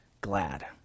glad